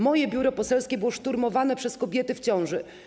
Moje biuro poselskie było szturmowane przez kobiety w ciąży.